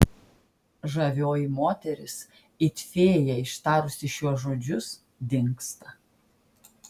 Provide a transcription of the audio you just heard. žavioji moteris it fėja ištarusi šiuos žodžius dingsta